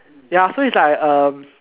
ya so it's like um